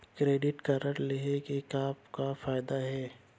Credit card लेहे के का का फायदा हे?